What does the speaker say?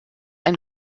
ein